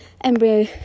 embryo